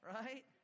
Right